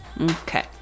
okay